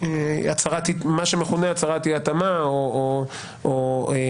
מה שמכונה הצהרת אי-התאמה או ביקורת